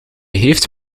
heeft